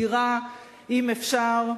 דירה אם אפשר.